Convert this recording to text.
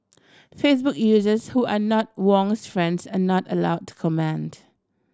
Facebook users who are not Wong's friends are not allowed to comment